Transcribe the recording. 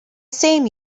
same